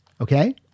Okay